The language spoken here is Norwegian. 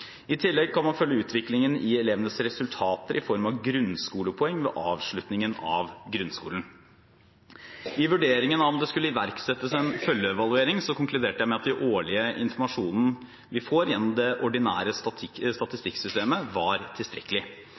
I tillegg kan man følge utviklingen i elevenes resultater i form av grunnskolepoeng ved avslutningen av grunnskolen. I vurderingen av om det skulle iverksettes en følgeevaluering, konkluderte jeg med at den årlige informasjonen vi får gjennom det ordinære statistikksystemet, var tilstrekkelig.